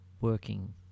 working